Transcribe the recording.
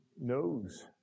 knows